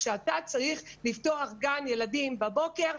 כשאתה צריך לפתוח גן ילדים בבוקר,